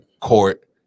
court